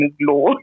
law